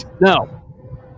No